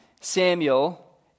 Samuel